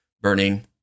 burning